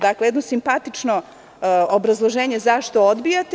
Dakle, jedno simpatično obrazloženje zašto odbijate.